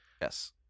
Yes